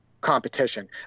competition